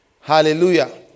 Hallelujah